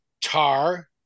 Tar